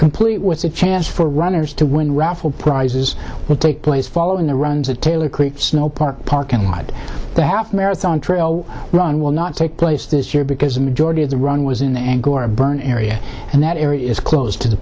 complete with a chance for runners to win raffle prizes will take place following the runs at taylor creek park parking lot the half marathon trail run will not take place this year because the majority of the run was in the angora burn area and that area is closed to the